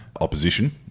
opposition